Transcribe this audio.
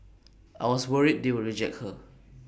I was worried they would reject her